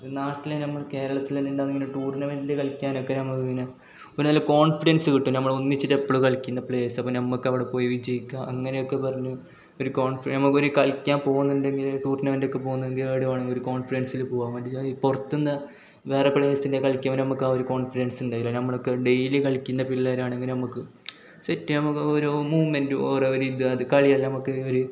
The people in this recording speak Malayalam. നാട്ടിലെ നമ്മൾ കേരളത്തിലെ തന്നെ ഉണ്ടാവുന്ന ഇങ്ങനെ ടൂർണമെൻ്റിൽ കളിക്കാനക്കെ നമ്മൾ ഇങ്ങനെ പിന്നെ നല്ല കോൺഫിഡൻസ്സ് കിട്ടും നമ്മൾ ഒന്നിച്ചിട്ട് എപ്പളു കളിക്കുന്ന പ്ളേയ്സ അപ്പം നമ്മൾക്ക് അവിടെ പോയി ജയിക്കാം അങ്ങനെയൊക്കെ പറഞ്ഞ് ഒരു കോൺഫി നമുക്കൊരു കളിക്കാൻ പോകുന്നുണ്ടെങ്കിൽ ടൂർണമെൻ്റൊക്കെ പോകുന്നെങ്കിൽ എവിടെ വേണമെങ്കിൽ ഒരു കോൺഫിഡൻസിൽ പോവാൻ വേണ്ടി പുറത്ത് നിന്ന് വേറെ പ്ലയേർസിൻ്റെ കളിയ്ക്കമ നമുക്ക് ആ ഒരു കോൺഫിഡൻസ്സുണ്ടായില്ല നമ്മളൊക്കെ ഡേയ്ലി കളിക്കുന്ന പിള്ളേരാണെങ്കിൽ നമുക്ക് സെറ്റ് നമുക്ക് ഓരോ മൂമൻ്റ് ഓരോ അവർ ഇത് അത് കളിയല്ല നമുക്ക് ഒരു